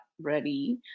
ready